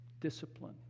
Discipline